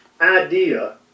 idea